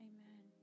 Amen